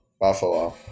Buffalo